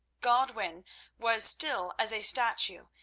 godwin was still as a statue,